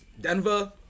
Denver